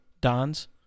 dons